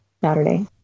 Saturday